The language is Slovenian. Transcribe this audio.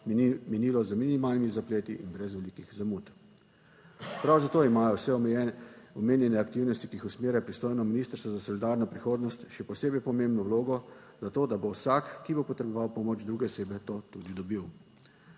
minilo z minimalnimi zapleti in brez velikih zamud. Prav zato imajo vse omenjene aktivnosti, ki jih usmerja pristojno Ministrstvo za solidarno prihodnost, še posebej pomembno vlogo za to, da bo vsak, ki bo potreboval pomoč druge osebe, to tudi dobil.